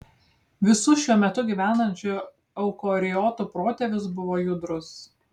visų šiuo metu gyvenančių eukariotų protėvis buvo judrus